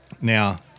Now